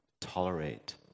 tolerate